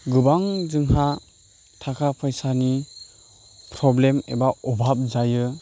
गोबां जोंहा थाखा फैसानि प्रब्लेम एबा अभाब जायो